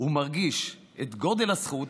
ומרגיש את גודל הזכות